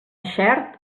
xert